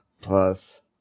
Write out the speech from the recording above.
plus